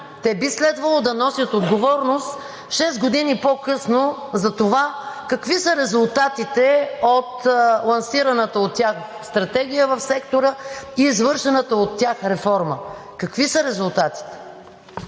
те би следвало да носят отговорност шест години по-късно за това какви са резултатите от лансираната от тях стратегия в сектора и извършената от тях реформа. Какви са резултатите?